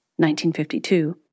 1952